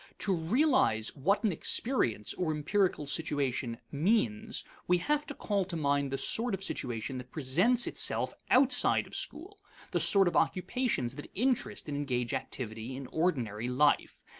to realize what an experience, or empirical situation, means, we have to call to mind the sort of situation that presents itself outside of school the sort of occupations that interest and engage activity in ordinary life.